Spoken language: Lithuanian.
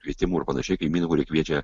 kvietimų ir panašiai kaimynų kurie kviečia